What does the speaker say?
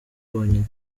bonyine